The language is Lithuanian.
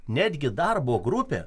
netgi darbo grupė